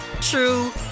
true